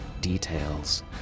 details